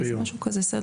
משהו כזה.